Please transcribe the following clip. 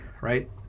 right